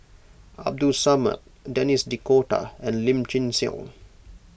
Abdul Samad Denis D'Cotta and Lim Chin Siong